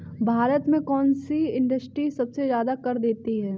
भारत में कौन सी इंडस्ट्री सबसे ज्यादा कर देती है?